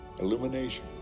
Illumination